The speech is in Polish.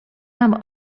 mam